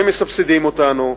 שמסבסדים אותנו,